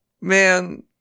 man